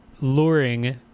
luring